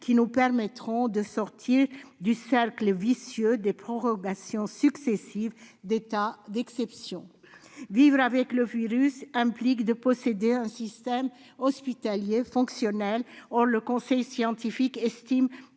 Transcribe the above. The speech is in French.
qui nous permettront de sortir du cercle vicieux des prorogations successives d'états d'exception. Vivre avec le virus implique de posséder un système hospitalier fonctionnel. Or le conseil scientifique estime